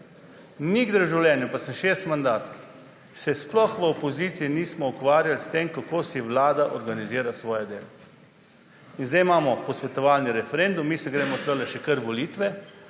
Nikdar v življenju, pa sem šesti mandat tu, se sploh v opoziciji nismo ukvarjali s tem, kako si vlada organizira svoje delo. In zdaj imamo posvetovalni referendum, mi se gremo tukaj še kar volitve,